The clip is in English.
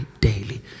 daily